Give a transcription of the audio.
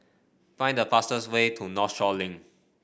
find the fastest way to Northshore Link